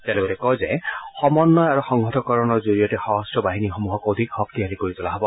তেওঁ লগতে কয় যে সমন্বয় আৰু সংহত কৰণৰ জৰিয়তে সশস্ত্ৰ বাহিনীসমূহ অধিক শক্তিশালী কৰি তোলা হ'ব